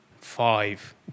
Five